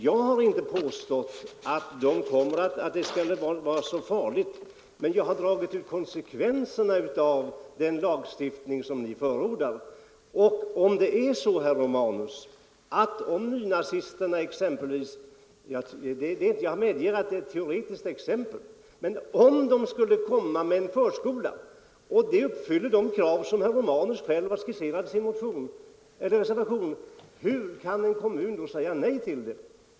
Jag har inte påstått att det skulle vara så farligt. Men jag har dragit ut konsekvenserna av den lagstiftning som ni förordar. Om nynazisterna exempelvis — jag medger att det är ett teoretiskt exempel — skulle inrätta en förskola och den uppfyller de krav som herr Romanus själv har varit med om att skissera i reservationen, hur kan en kommun då säga nej till den?